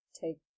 take